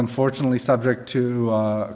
unfortunately subject to